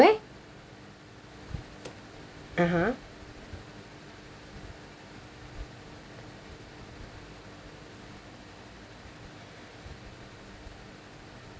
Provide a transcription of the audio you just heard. where (uh huh)